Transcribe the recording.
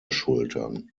schultern